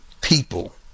people